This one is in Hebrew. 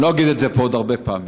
אני לא אגיד את זה פה עוד הרבה פעמים.